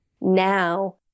now